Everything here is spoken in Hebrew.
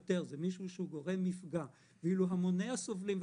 יותר זה מישהו שהוא גורם מפגע ואילו המוני סובלים,